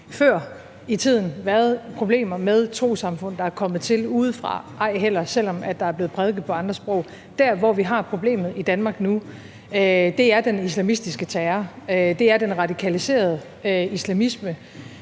før i tiden været problemer med trossamfund, der er kommet til udefra, ej heller selv om der er blevet prædiket andre sprog. Der, hvor vi har problemet i Danmark nu, er den islamistiske terror, det er den radikaliserede islamisme,